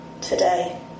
today